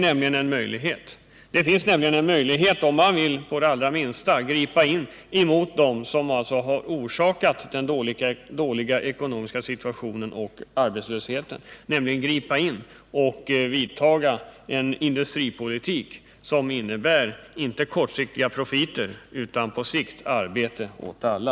Om man vill det allra minsta gripa in mot dem som orsakat den dåliga ekonomiska situationen och arbetslösheten, kan man genomföra en industripolitik som inte innebär kortsiktiga profiter utan på sikt arbete åt alla.